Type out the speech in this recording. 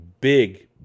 big